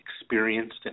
experienced